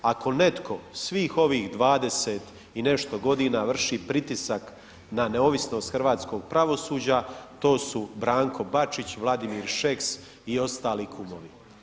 Ako netko svih ovih 20 i nešto godina vrši pritisak na neovisnost hrvatskog pravosuđa to su Branko Bačić, Vladimir Šeks i ostali kumovi.